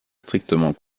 strictement